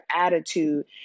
attitude